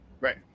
right